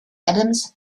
adams